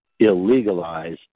illegalize